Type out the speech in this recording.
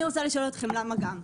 אני רוצה לשאול אתכם למה גם?